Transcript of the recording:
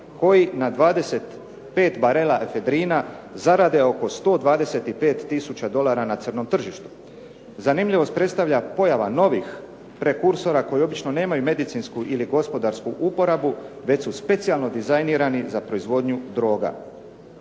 koji na 25 barela efedrina zarade oko 125 tisuća dolara na crnom tržištu. Zanimljivost predstavlja pojava novih prekursora koji obično nemaju medicinsku ili gospodarsku uporabu već su specijalno dizajnirani za proizvodnju droga.